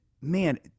man